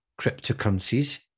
cryptocurrencies